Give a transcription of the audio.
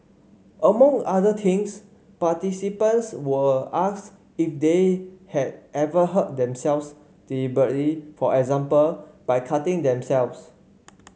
among other things participants were if they had ever hurt themselves deliberately for example by cutting themselves